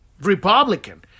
Republican